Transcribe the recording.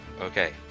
Okay